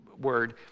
word